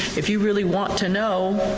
if you really want to know,